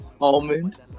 Almond